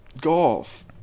golf